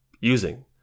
using